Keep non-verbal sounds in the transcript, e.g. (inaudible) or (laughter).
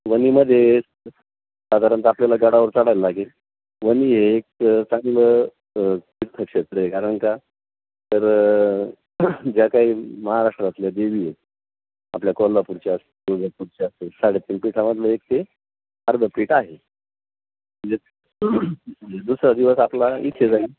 वणीमध्ये साधारणतः आपल्याला गडावर चढायला लागेल वणी हे एक चांगलं तीर्थक्षेत्र आहे कारण का तर ज्या काही महाराष्ट्रातल्या देवी आहे आपल्या कोल्हापूरच्या असं (unintelligible) असं साडेतीन पीठामधलं एक ते अर्धं पीठ आहे म्हणजे दुसरा दिवस आपला इथे जाईल